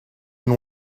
and